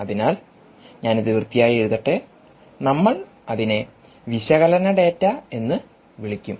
അതിനാൽ ഞാൻ അത് വൃത്തിയായി എഴുതട്ടെനമ്മൾ അതിനെ വിശകലന ഡാറ്റ എന്ന് വിളിക്കും